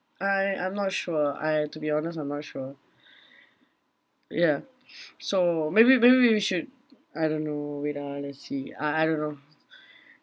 I I'm not sure I to be honest I'm not sure ya so maybe maybe maybe we should I don't know wait ah let's see uh I don't know